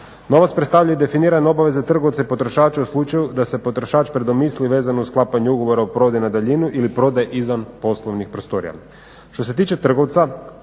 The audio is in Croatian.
Novac predstavlja i definirane obaveze trgovca i potrošača u slučaju da se potrošač predomisli vezano uz sklapanje ugovora o prodaji na daljini ili prodaji izvan poslovnih prostorija.